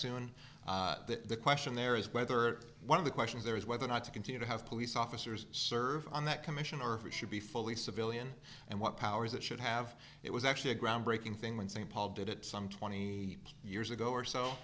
soon the question there is whether one of the questions there is whether or not to continue to have police officers serve on that commission or if it should be fully civilian and what powers it should have it was actually a groundbreaking thing when st paul did it some twenty years ago or